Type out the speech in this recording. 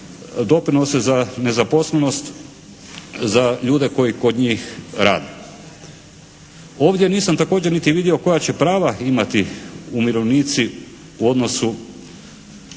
doprinose za nezaposlenost za ljude koji kod njih rade. Ovdje nisam također niti vidio koja će prava imati umirovljenici u odnosu